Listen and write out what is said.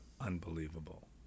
unbelievable